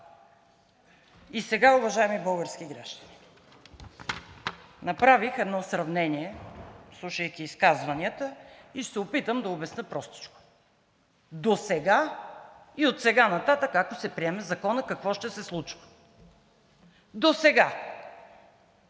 И сега, уважаеми български граждани, направих едно сравнение, слушайки изказванията и ще се опитам да обясня простичко. Досега и отсега нататък, ако се приеме Законът, какво ще се случи? Досега